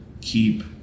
keep